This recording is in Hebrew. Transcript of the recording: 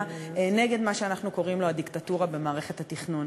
נגד מה שאנחנו קוראים לו "הדיקטטורה במערכת התכנון".